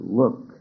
look